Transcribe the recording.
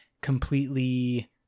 completely